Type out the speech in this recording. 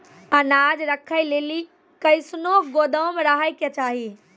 अनाज राखै लेली कैसनौ गोदाम रहै के चाही?